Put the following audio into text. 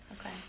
Okay